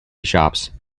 shops